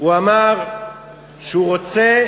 הוא אמר שהוא רוצה